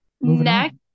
Next